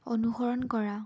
অনুসৰণ কৰা